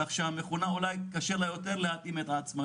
כך שלמכונה קשה להתאים את עצמה.